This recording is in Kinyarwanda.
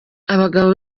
abagabo